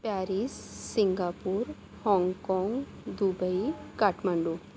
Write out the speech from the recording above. Paris Singapore Hong Kong Dubai Kathmandu